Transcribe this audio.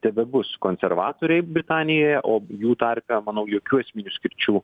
tebebus konservatoriai britanijoje o jų tarpe manau jokių esminių skirčių